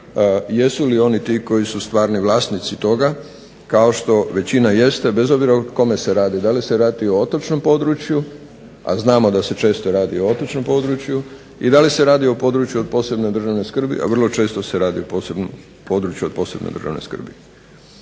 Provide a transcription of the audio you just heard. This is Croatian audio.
jesu li oni ti koji su stvarni vlasnici toga kao što većina jeste, bez obzira o kome se radi, da li se radi o otočnom području, a znamo da se često radi o otočnom području i da li se radi o području od posebne državne skrbi, a vrlo često se radi o području od posebne državne skrbi.